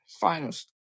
Finals